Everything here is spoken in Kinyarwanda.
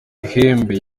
ihembe